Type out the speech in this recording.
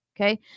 okay